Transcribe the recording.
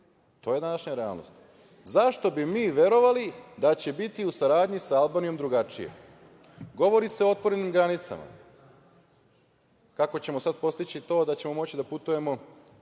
To je današnja realnost.Zašto bi mi verovali da će biti u saradnji sa Albanijom drugačije? Govori se o otvorenim granicama. Kako ćemo sada postići to da ćemo moći da putujemo